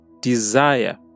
desire